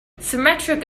symmetric